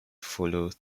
follow